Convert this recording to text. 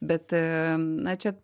bet na čia